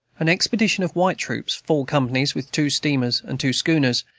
an expedition of white troops, four companies, with two steamers and two schooners,